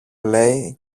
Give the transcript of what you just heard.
λέει